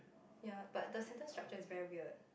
ya but the sentence structure is very weird